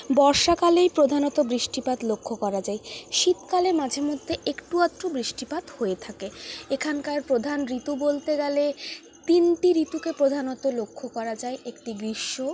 বর্ষাকালেই প্রধানত বৃষ্টিপাত লক্ষ্য করা যায় শীতকালে মাঝে মধ্যে একটু আধটু বৃষ্টিপাত হয়ে থাকে এখানকার প্রধান ঋতু বলতে গেলে তিনটি ঋতুকে প্রধানত লক্ষ্য করা যায় একটি গ্রীষ্ম